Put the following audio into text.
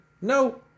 No